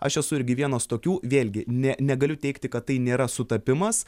aš esu irgi vienas tokių vėlgi ne negaliu teigti kad tai nėra sutapimas